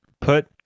put